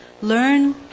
Learn